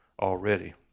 already